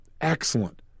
excellent